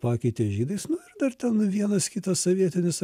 pakeitė žydais nu ir dar ten vienas kitas sovietinis